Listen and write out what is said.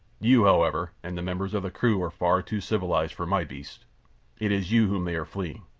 you, however, and the members of the crew are far too civilized for my beasts it is you whom they are fleeing.